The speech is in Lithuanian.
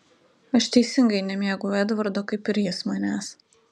aš teisingai nemėgau edvardo kaip ir jis manęs